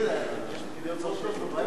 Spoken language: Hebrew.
תגיד, יש פקידי אוצר, לא.